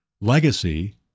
legacy